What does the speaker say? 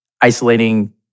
isolating